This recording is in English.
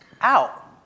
out